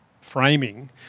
framing